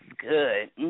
good